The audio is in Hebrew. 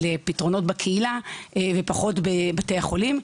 לפתרונות בקהילה ופחות בבתי החולים.